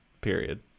period